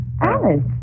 Alice